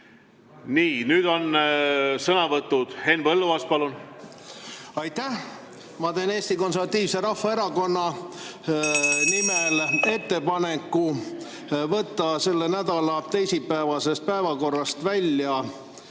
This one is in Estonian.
Nüüd on sõnavõtud. Henn Põlluaas, palun! Aitäh! Ma teen Eesti Konservatiivse Rahvaerakonna nimel ettepaneku võtta selle nädala teisipäevasest päevakorrast välja